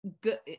good